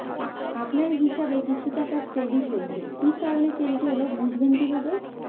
আপনার হিসাব এ কিছু টাকা ক্রেডিট হয়েছে কি কারণে ক্রেডিট হল বুঝবেন কিভাবে?